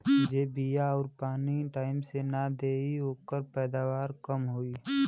जे बिया आउर पानी टाइम से नाई देई ओकर पैदावार कम होई